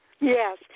Yes